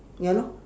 ya lor